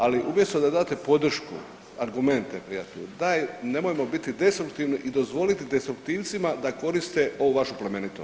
Ali umjesto da date podršku, argumente prijatelju daj nemojmo biti destruktivni i dozvoliti destruktivcima da koriste ovu vašu plemenitost.